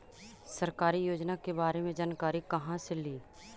सरकारी योजना के बारे मे जानकारी कहा से ली?